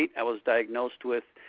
i was diagnosed with